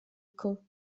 caen